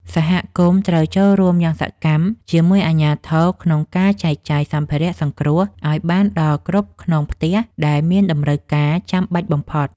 សហគមន៍ត្រូវចូលរួមយ៉ាងសកម្មជាមួយអាជ្ញាធរក្នុងការចែកចាយសម្ភារៈសង្គ្រោះឱ្យបានដល់គ្រប់ខ្នងផ្ទះដែលមានតម្រូវការចាំបាច់បំផុត។